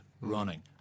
running